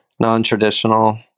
non-traditional